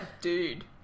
dude